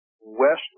west